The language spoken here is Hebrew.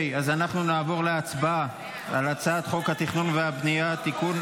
אנחנו נעבור להצבעה על הצעת חוק התכנון והבנייה (תיקון,